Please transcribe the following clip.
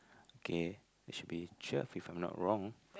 okay this picture if I'm not wrong